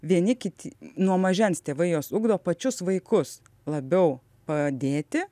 vieni kit nuo mažens tėvai juos ugdo pačius vaikus labiau padėti